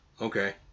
okay